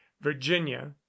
virginia